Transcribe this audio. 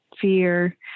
Fear